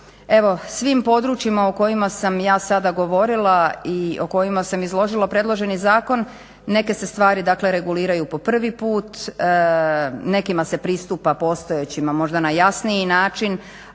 svim područjima o kojima sam ja sada govorila i o kojima sam izložila predloženi zakon neke se stvari dakle reguliraju po prvi put, nekima se pristupa postojećim a možda na jasniji način